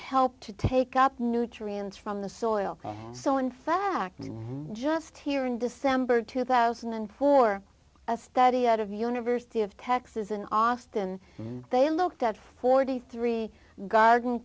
helped to take up nutrients from the soil so in fact just here in december two thousand and four a study out of university of texas in austin they looked at forty three garden